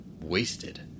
wasted